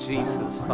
Jesus